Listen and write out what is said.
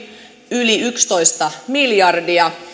yli yksitoista miljardia